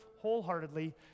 wholeheartedly